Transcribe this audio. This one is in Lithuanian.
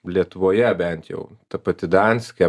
lietuvoje bent jau ta pati danske